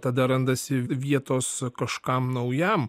tada randasi vietos kažkam naujam